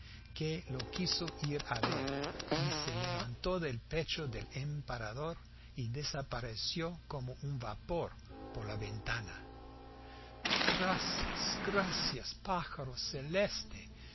que lo quiso ir a ver y se levantó del pecho del emperador y desapareció como un vapor por la ventana gracias gracias pájaro celeste